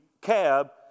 cab